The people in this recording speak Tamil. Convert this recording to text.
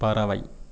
பறவை